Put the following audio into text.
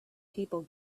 people